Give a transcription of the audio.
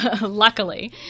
luckily